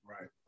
Right